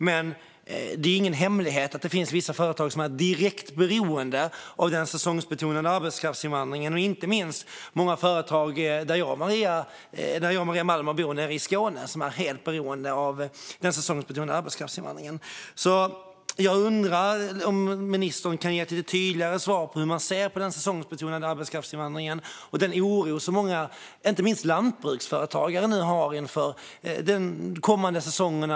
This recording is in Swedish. Men det är ingen hemlighet att det finns företag som är direkt beroende av den säsongsbetonade arbetskraftsinvandringen. Inte minst är många företag nere i Skåne, där jag och Maria Malmer bor, helt beroende av den säsongsbetonade arbetskraftsinvandringen. Jag undrar därför om ministern kan ge ett lite tydligare svar på hur man ser på den säsongsbetonade arbetskraftsinvandringen och den oro som många, inte minst lantbruksföretagare, känner inför de kommande säsongerna.